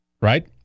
right